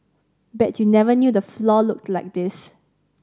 bet you never knew the floor looked like this